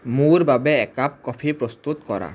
মোৰ বাবে a cup coffee প্ৰস্তুত কৰা